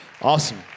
Awesome